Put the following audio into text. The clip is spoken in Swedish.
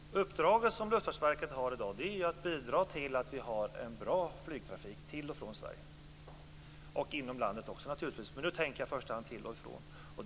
Fru talman! Uppdraget som Luftfartsverket har i dag är att bidra till att vi har en bra flygtrafik till och från Sverige och naturligtvis även inom landet. Men nu tänker jag i första hand på till och från.